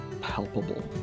palpable